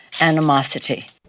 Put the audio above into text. animosity